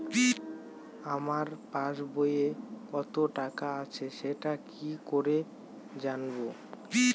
আমার পাসবইয়ে কত টাকা আছে সেটা কি করে জানবো?